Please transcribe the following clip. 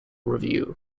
review